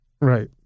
Right